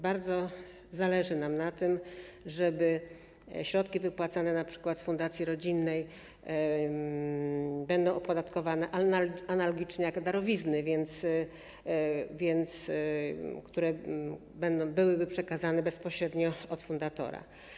Bardzo zależy nam na tym, żeby środki wypłacane np. z fundacji rodzinnej były opodatkowane analogicznie jak darowizny - środki, które zostałyby przekazane bezpośrednio od fundatora.